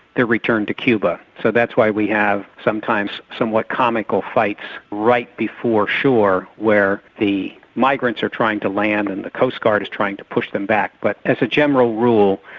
they're returned to cuba. so that's why we have sometimes somewhat comical fights right before shore where the migrants are trying to land and the coastguard is trying to push them back, but as a general rule,